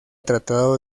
tratado